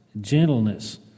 gentleness